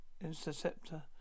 interceptor